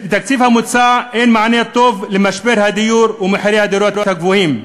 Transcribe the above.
בתקציב המוצע אין מענה טוב למשבר הדיור ולמחירי הדירות הגבוהים.